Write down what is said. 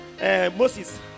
Moses